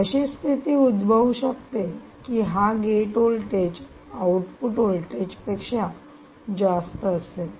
अशी स्थिती उद्भवू शकते की हा गेट व्होल्टेज आउटपुट वोल्टेज पेक्षा जास्त असेल